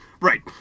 right